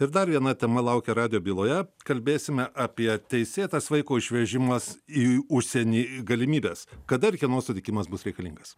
ir dar viena tema laukia radijo byloje kalbėsime apie teisėtas vaiko išvežimas į užsienį galimybes kada ir kieno sutikimas bus reikalingas